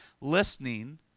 listening